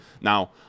Now